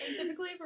typically